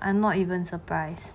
I'm not even surprise